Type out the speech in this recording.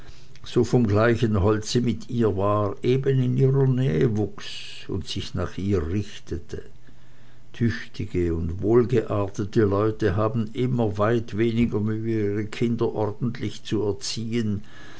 so vom gleichen holze mit ihr war eben in ihrer nähe wuchs und sich nach ihr richtete tüchtige und wohlgeartete leute haben immer weit weniger mühe ihre kinder ordentlich zu ziehen